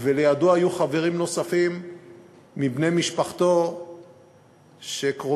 ולידו היו חברים נוספים מבני משפחתו שקרוביהם